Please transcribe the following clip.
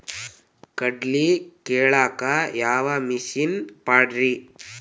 ಕಡ್ಲಿ ಕೇಳಾಕ ಯಾವ ಮಿಷನ್ ಪಾಡ್ರಿ?